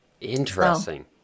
Interesting